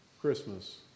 Christmas